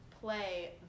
play